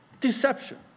Deception